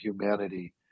humanity